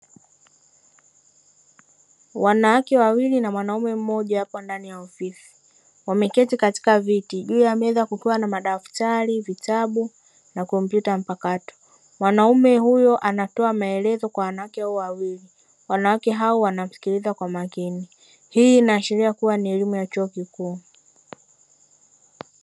Wanawake wawili na mwanaume mmoja wapo ndani ya ofisi wameketi katika viti juu ya meza kukiwa na madaftari, vitabu, na kompyuta mpakato. Mwanamume huyo anatoa maelezo kwa wanawake hao wawili, wanawake hao wanamsikiliza kwa makini hii inaashiria kuwa ni elimu ya chuo kikuu.